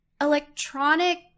electronic